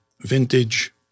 vintage